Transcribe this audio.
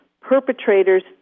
perpetrators